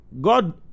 God